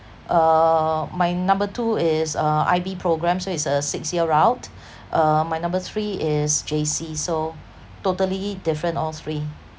uh my number two is uh I_B program so it's a six year route uh my number three is J_C so totally different all three